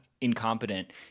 incompetent